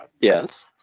yes